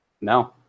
No